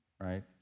right